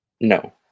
No